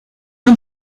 are